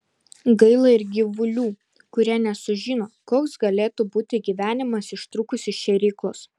gaila ir gyvulių kurie nesužino koks galėtų būti gyvenimas ištrūkus iš šėryklos